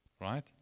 Right